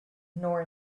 nor